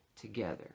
together